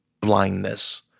blindness